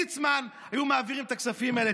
ליצמן, היו מעבירים את הכספים האלה".